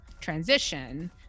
transition